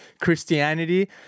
Christianity